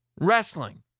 wrestling